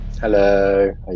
Hello